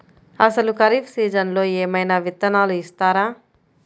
అసలు ఖరీఫ్ సీజన్లో ఏమయినా విత్తనాలు ఇస్తారా?